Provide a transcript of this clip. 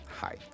Hi